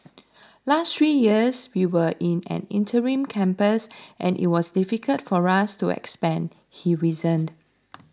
last three years we were in an interim campus and it was difficult for us to expand he reasoned